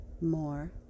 more